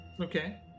okay